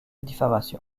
diffamation